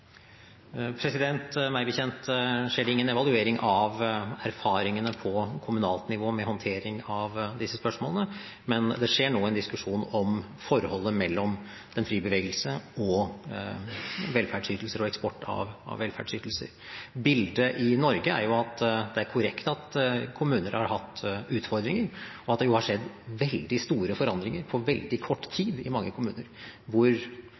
Meg bekjent skjer det ingen evaluering av erfaringene på kommunalt nivå med håndteringen av disse spørsmålene, men det skjer nå en diskusjon om forholdet mellom en fri bevegelse og velferdsytelser og eksport av velferdsytelser. Bildet i Norge er – det er korrekt – at kommuner har hatt utfordringer, og at det har skjedd veldig store forandringer på veldig kort tid i mange kommuner.